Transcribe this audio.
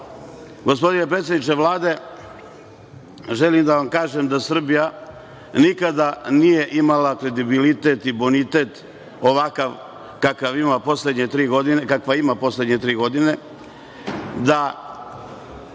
predsedniče Vlade, želim da vam kažem da Srbija nikada nije imala kredibilitet i bonitet ovakav kakav ima poslednje tri godine, da